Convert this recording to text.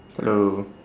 hello